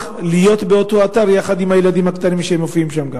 להיות באותו אתר יחד עם הילדים הקטנים שגם הם מופיעים שם?